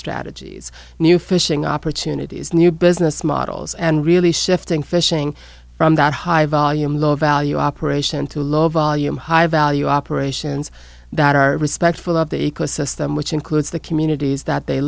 strategies new fishing opportunities new business models and really shifting fishing from that high volume low value operation to low volume high value operations that are respectful of the ecosystem which includes the communities that they